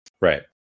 right